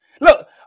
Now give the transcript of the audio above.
Look